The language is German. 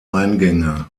eingänge